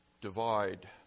Divide